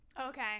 Okay